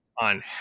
on